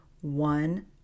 one